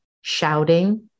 shouting